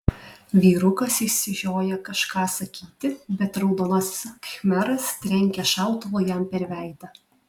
vyrukas išsižioja kažką sakyti bet raudonasis khmeras trenkia šautuvu jam per veidą